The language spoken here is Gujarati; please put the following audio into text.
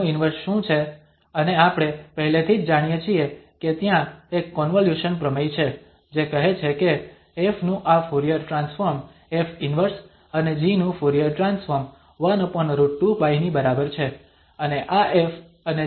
આનું ઇન્વર્સ શું છે અને આપણે પહેલેથી જ જાણીએ છીએ કે ત્યાં એક કોન્વોલ્યુશન પ્રમેય છે જે કહે છે કે ƒ નું આ ફુરીયર ટ્રાન્સફોર્મ F 1 અને g નું ફુરીયર ટ્રાન્સફોર્મ 1√2π ની બરાબર છે અને આ 𝑓 અને g ના કોન્વોલ્યુશન નો ગુણાકાર